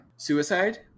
Suicide